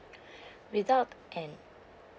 without an